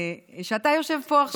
שאתה יושב פה עכשיו.